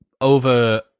over